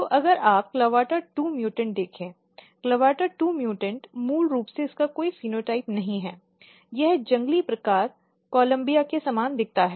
तो अगर आप clavata2 म्युटेंट देखें CLAVATA2 म्यूटेंट मूल रूप से इसका कोई फेनोटाइप नहीं है यह जंगली प्रकार कोलंबिया के समान दिखता है